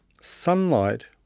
sunlight